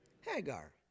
Hagar